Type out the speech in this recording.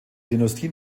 dynastie